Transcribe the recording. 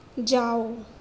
جاؤ